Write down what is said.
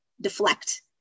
deflect